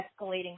escalating